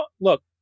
look